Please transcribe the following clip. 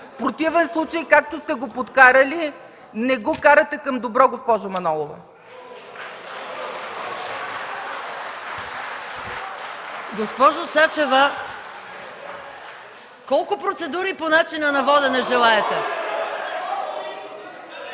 противен случай, както сте го подкарали, не го карате към добро, госпожо Манолова.